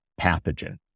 pathogen